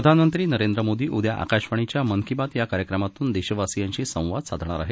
प्रधानमंत्री नरेंद्र मोदी उद्या आकाशवाणीच्या मन की बात या कार्यक्रमातून देशवासियांशी संवाद साधणार आहेत